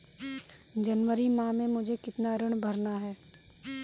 जनवरी माह में मुझे कितना ऋण भरना है?